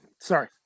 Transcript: Sorry